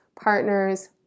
partners